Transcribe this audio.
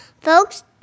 folks